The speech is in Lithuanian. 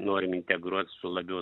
norim integruot su labiau